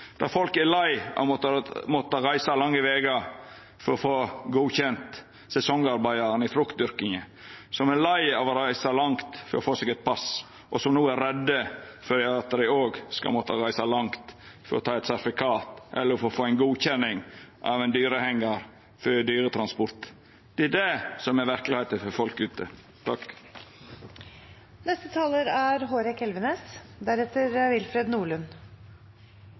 der ein har ei heilt anna verkelegheitsforståing. Der er folk leie av å måtta reisa lange vegar for å få godkjent sesongarbeidarane i fruktdyrkinga. Dei er leie av å reisa langt for å få seg eit pass, og dei er redde for at dei òg skal måtta reisa langt for å få eit sertifikat eller få godkjent ein tilhengjar for dyretransport. Det er det som er verkelegheita for folk ute.